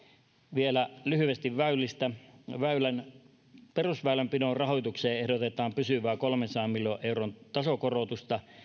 vielä lyhyesti väylistä perusväylänpidon rahoitukseen ehdotetaan pysyvää kolmensadan miljoonan euron tasokorotusta